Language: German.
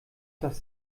das